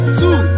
two